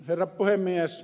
herra puhemies